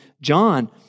John